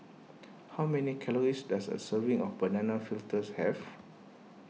how many calories does a serving of Banana Fritters have